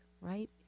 right